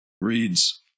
reads